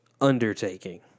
undertaking